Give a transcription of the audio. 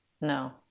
No